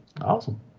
Awesome